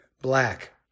black